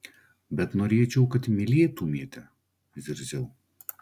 bet norėčiau kad mylėtumėte zirziau